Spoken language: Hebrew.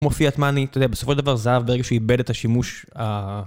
כמו פיאט מאני, בסופו של דבר זהב, ברגע שהוא איבד את השימוש ה...